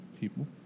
people